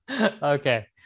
Okay